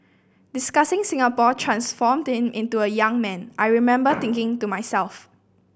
discussing Singapore transformed him into a young man I remember thinking to myself